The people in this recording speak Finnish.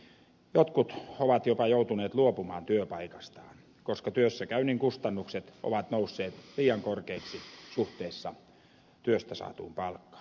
jotkut ovat jopa joutuneet luopumaan työpaikastaan koska työssäkäynnin kustannukset ovat nousseet liian korkeiksi suhteessa työstä saatuun palkkaan